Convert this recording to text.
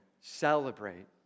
Celebrate